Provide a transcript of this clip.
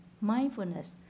mindfulness